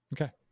Okay